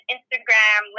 Instagram